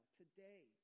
today